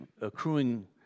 accruing